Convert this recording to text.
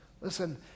Listen